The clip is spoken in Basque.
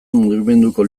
mugimenduko